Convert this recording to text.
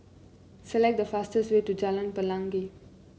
select the fastest way to Jalan Pelangi